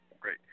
great